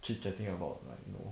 chit-chatting about like you know